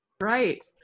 Right